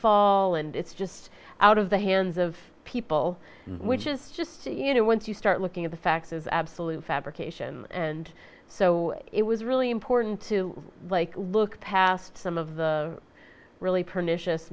fall and it's just out of the hands of people which is just you know once you start looking at the facts as absolute fabrication and so it was really important to like look past some of the really pernicious